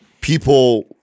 people